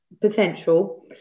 potential